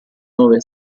nove